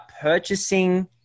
purchasing